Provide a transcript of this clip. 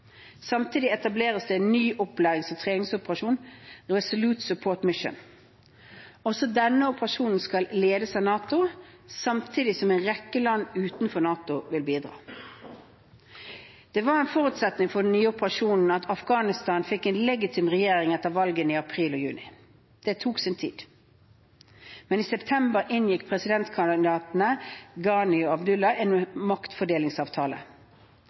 ny opplærings- og treningsoperasjon, Resolute Support Mission. Også denne operasjonen skal ledes av NATO, samtidig som en rekke land utenfor NATO vil bidra. Det var en forutsetning for den nye operasjonen at Afghanistan fikk en legitim regjering etter valgene i april og juni. Det tok sin tid, men i september inngikk presidentkandidatene Ghani og Abdullah en maktfordelingsavtale.